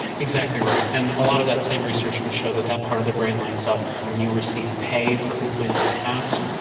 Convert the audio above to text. exactly right, and a lot of that same research would show that that part of the brain lights up when you receive pay for completing a task,